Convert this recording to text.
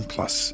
Plus